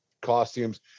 costumes